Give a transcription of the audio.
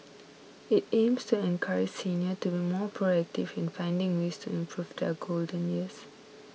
it aims to encourage senior to be more proactive in finding ways to improve their golden years